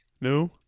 No